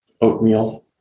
oatmeal